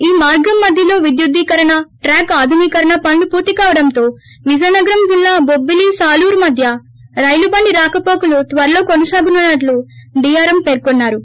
ఈ మార్గం మధ్యలో విద్యుదీకరణ ట్రాక్ ఆధునీకరణ పనులు పూర్తికావడంతో విజయనగరం జిల్లా బొబ్బిలీ సాలూరు మధ్య రైలు బండి రాకపోకలు త్వరలో కొనసాగనున్నట్లు డీఆర్ఎం పర్కొన్నారు